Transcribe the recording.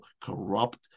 corrupt